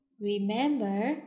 Remember